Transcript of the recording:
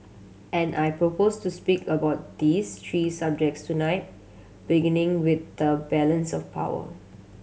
and I propose to speak about these three subjects tonight beginning with the balance of power